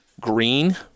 green